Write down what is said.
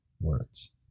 words